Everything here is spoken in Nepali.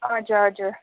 हजुर हजुर